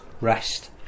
rest